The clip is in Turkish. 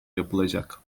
yapılacak